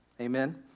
Amen